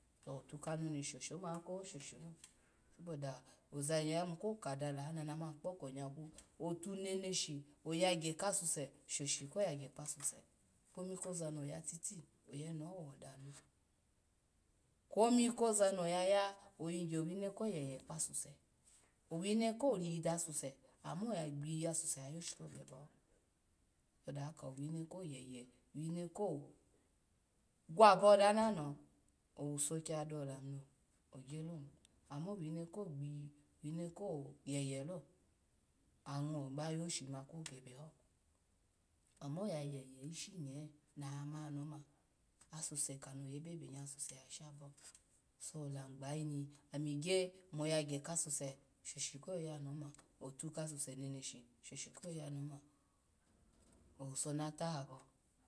To otu kanoni shoshi oma kakoho shoghelo saboda oya ni ya yimu kokada ba ananama kpoko nyaku ni otu nene shi oya gya khasuse shoshi ko ya gyakpa suse kwomi koza no ya titi oyene ho wa odanu kwomi koza no yaya oyi gya owino yeye kpa suse, owine ko riyi da suse ama ya gbiyi asuse ya yoshi ko gebeho saboda ka wine ko yeye wine ko gwabo dananoho owuso ki ya dawo oalamu no gya loni ama wino ko gbiyi wine ko yeyelo ango ma ba yo shi ma ko gebe ho, amo yeye ishi nye na mani oma asuse kano yebebe nye asuse yasha ba, so lamu gbayayi anami gya mo yagya ka suse shoshi ko ya noma otu kasuse neneshi shoshi ko yoya noma owuso na tahabo.